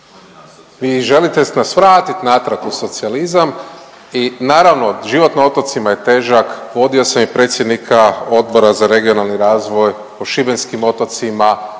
Vi želite nas vratiti natrag u socijalizam i naravno život na otocima je težak. Vodio sam i predsjednika Odbora za regionalni razvoj po šibenskim otocima.